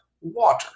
Water